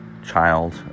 child